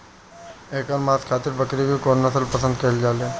एकर मांस खातिर बकरी के कौन नस्ल पसंद कईल जाले?